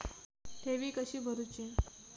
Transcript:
ठेवी कशी भरूची?